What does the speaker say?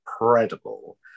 incredible